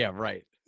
yeah right.